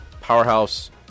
powerhouse